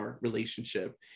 relationship